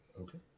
Okay